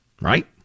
right